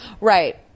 right